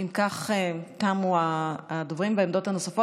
אם כך, תמו הדוברים בעמדות הנוספות.